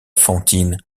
fantine